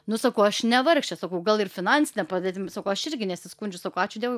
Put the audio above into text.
nu sakau aš ne vargšė sakau gal ir finansine padėtim sakau aš irgi nesiskundžiu sakau ačiū dievui